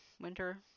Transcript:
winter